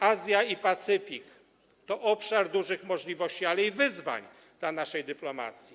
Azja i Pacyfik to obszary dużych możliwości, ale i wyzwań dla naszej dyplomacji.